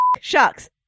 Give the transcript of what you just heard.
sharks